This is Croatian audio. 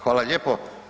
Hvala lijepo.